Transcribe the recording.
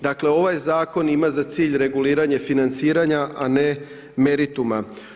Dakle ovaj Zakon ima za cilj reguliranje financiranja a ne merituma.